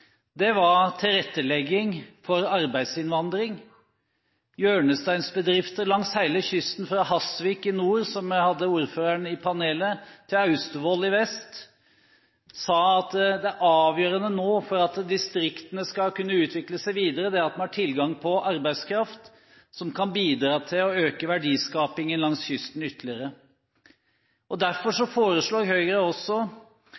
var tilrettelegging for arbeidsinnvandring og hjørnestensbedrifter langs hele kysten – fra Hasvik i nord, som vi hadde ordføreren fra i panelet, til Austevoll i vest sa en at det avgjørende for at distriktene nå skal kunne utvikle seg videre, er at en har tilgang på arbeidskraft som kan bidra til å øke verdiskapingen langs kysten ytterligere. Derfor